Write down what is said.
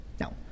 Now